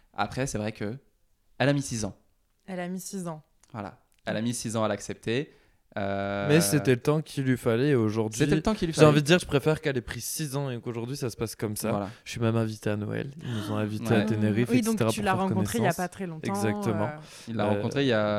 Après, c'est vrai que elle a mis six ans. Elle a mis six ans. Voilà. Elle a Ouais. mis six ans à l'accepter. Euh, Mais c'était le temps qu'il lui fallait et aujourd'hui, C'était le temps qu'il lui fallait. j'ai envie de dire, je préfère qu'elle ait pris six ans et qu'aujourd'hui, ça se passe comme ça. Voilà. Je suis même invité à Noël. Ils nous ont invités à Ah. Tenerife, Oui, donc etc., tu pour l'as faire rencontré il y a connaissance. pas très longtemps, Exactement. euh. Il l'a Euh, rencontré il y a-